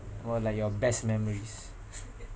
what are like your best memories